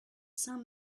saint